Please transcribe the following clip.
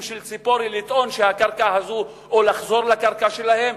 של ציפורי לטעון שהקרקע הזו שלהם או לחזור לקרקע שלהם?